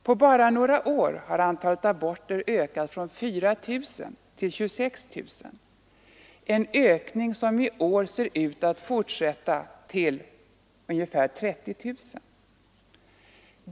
På bara några år har antalet aborter ökat från 4 000 till 26 000, en ökning som i år ser ut att fortsätta till omkring 30 000.